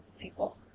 people